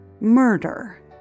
murder